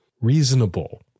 reasonable